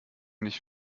nicht